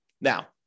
Now